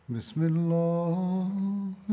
Bismillah